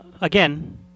Again